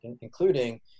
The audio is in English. including